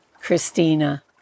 Christina